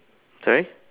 sorry